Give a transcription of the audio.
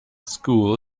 school